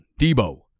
Debo